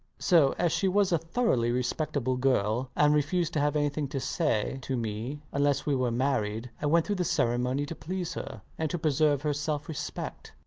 so as she was a thoroughly respectable girl and refused to have anything to say to me unless we were married i went through the ceremony to please her and to preserve her self-respect.